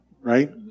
right